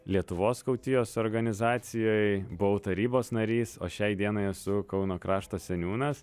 lietuvos skautijos organizacijoj buvau tarybos narys o šiai dienai esu kauno krašto seniūnas